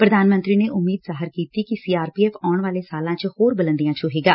ਪ੍ਰਧਾਨ ਮੰਤਰੀ ਨੇ ਉਮੀਦ ਜ਼ਾਹਿਰ ਕੀਤੀ ਕਿ ਸੀ ਆਰ ਪੀ ਐਫ਼ ਆਉਣ ਵਾਲੇ ਸਾਲਾਂ ਚ ਹੋਰ ਬੁਲੰਦੀਆਂ ਛਹੇਗਾ